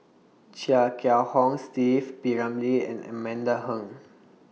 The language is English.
Chia Kiah Hong Steve P Ramlee and Amanda Heng